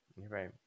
Right